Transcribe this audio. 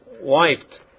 wiped